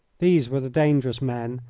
these were the dangerous men,